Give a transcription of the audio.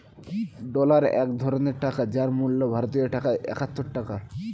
dollar এক ধরনের টাকা যার মূল্য ভারতীয় টাকায় একাত্তর টাকা